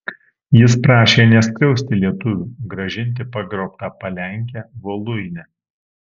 jis prašė neskriausti lietuvių grąžinti pagrobtą palenkę voluinę